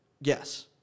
Yes